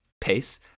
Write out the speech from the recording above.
pace